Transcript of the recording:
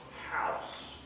house